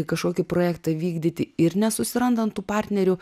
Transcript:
kažkokį projektą vykdyti ir nesusirandant tų partnerių